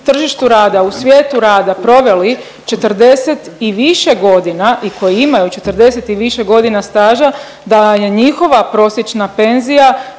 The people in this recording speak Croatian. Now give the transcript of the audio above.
na tržištu rada u svijetu rada proveli 40 i više godina i koji imaju 40 i više godina staža da je njihova prosječna penzija